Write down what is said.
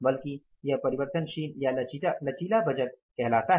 बल्कि वह परिवर्तनशील या लचीला बजट कहलाता है